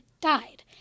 died